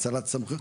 האצלת סמכויות.